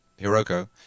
Hiroko